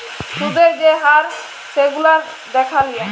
সুদের যে হার সেগুলান দ্যাখে লিয়া